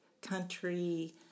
country